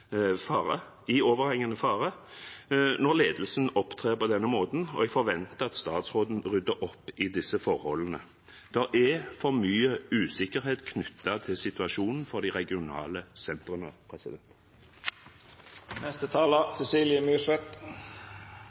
en overhengende fare når ledelsen opptrer på denne måten, og jeg forventer at statsråden rydder opp i disse forholdene. Det er for mye usikkerhet knyttet til situasjonen for de regionale sentrene.